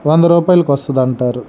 వంద రూపాయలకొస్తదంటారు